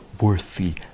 worthy